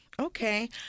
Okay